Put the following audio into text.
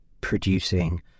producing